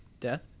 Death